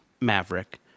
Maverick